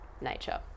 nature